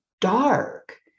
dark